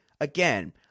again